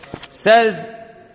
Says